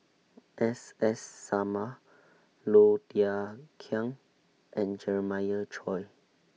S S Sarma Low Thia Khiang and Jeremiah Choy